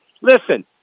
listen